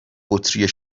بطری